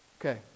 Okay